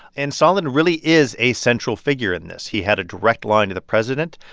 and sondland really is a central figure in this. he had a direct line to the president,